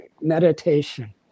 meditation